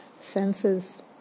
senses